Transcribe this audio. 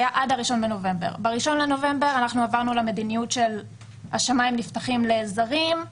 ב-1 בנובמבר עברנו למדיניות של שמיים שנפתחים לזרים,